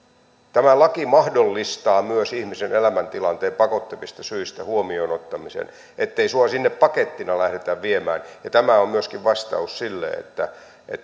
tämä laki mahdollistaa myös ihmisen elämäntilanteen pakottavista syistä huomioon ottamisen ettei sinua sinne pakettina lähdetä viemään ja tämä on myöskin vastaus sille